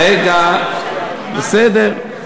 רגע, בסדר.